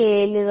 C 1 M